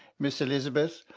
miss elizabeth,